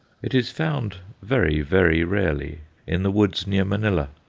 it is found very, very rarely in the woods near manilla.